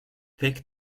take